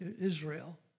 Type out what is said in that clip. Israel